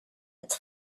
its